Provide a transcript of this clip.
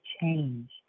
change